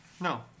No